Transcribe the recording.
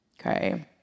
okay